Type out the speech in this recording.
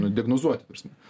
nu diagnozuoti ta prasme